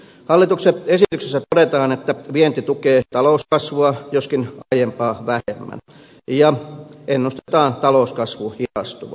hallituksen esityksessä todetaan että vienti tukee talouskasvua joskin aiempaa vähemmän ja ennustetaan talouskasvun hidastuvan